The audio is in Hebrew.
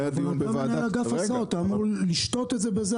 אבל אתה מנהל אגף הסעות, אתה אמור לשתות את זה.